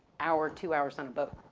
hour, two hours on a boat.